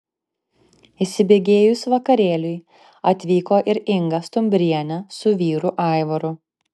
įsibėgėjus vakarėliui atvyko ir inga stumbrienė su vyru aivaru